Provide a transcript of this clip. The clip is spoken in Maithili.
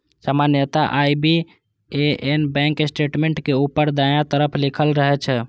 सामान्यतः आई.बी.ए.एन बैंक स्टेटमेंट के ऊपर दायां तरफ लिखल रहै छै